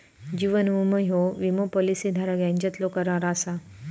जीवन विमो ह्यो विमो पॉलिसी धारक यांच्यातलो करार असा